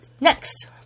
Next